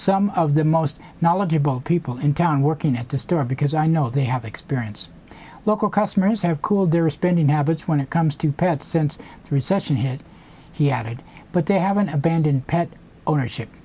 some of the most knowledgeable people in town working at the store because i know they have experience local customers have cooled their spending habits when it comes to pets since the recession hit he added but they haven't abandoned pet ownership